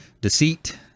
deceit